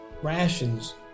rations